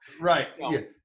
Right